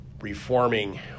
reforming